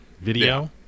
video